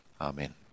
Amen